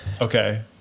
Okay